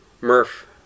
Murph